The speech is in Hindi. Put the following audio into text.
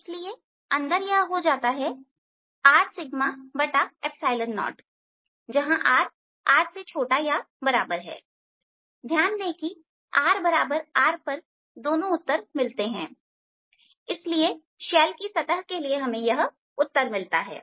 इसलिए अंदर यह हो जाता है R0जहां rR ध्यान दें कि rR पर दोनों उत्तर मिलते हैं इसलिए शैल की सतह के लिए हमें यह उत्तर मिलता है